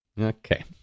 Okay